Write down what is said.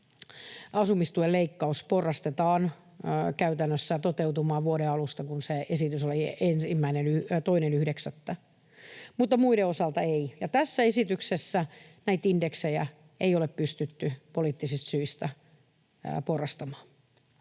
asumistuen leikkaus porrastetaan käytännössä toteutumaan vuoden 25 alusta, kun se esitys oli 2.9. — mutta muiden osalta ei. Eli tässä esityksessä näitä indeksejä ei ole pystytty poliittisista syistä porrastamaan,